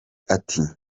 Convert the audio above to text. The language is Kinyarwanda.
ati